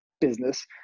business